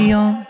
on